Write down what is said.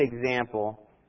example